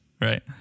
right